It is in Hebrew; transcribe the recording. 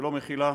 ולא מכילה,